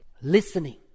listening